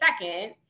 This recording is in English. second